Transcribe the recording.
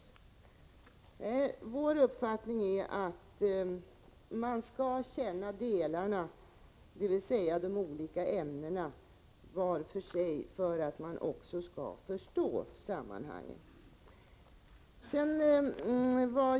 137 Nej, vår uppfattning är att man skall känna delarna, dvs. de olika ämnena vart för sig, för att man också skall förstå sammanhanget.